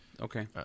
Okay